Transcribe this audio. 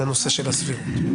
בנושא של הסבירות,